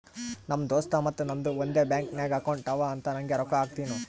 ನಮ್ ದೋಸ್ತ್ ಮತ್ತ ನಂದು ಒಂದೇ ಬ್ಯಾಂಕ್ ನಾಗ್ ಅಕೌಂಟ್ ಅವಾ ಅಂತ್ ನಂಗೆ ರೊಕ್ಕಾ ಹಾಕ್ತಿನೂ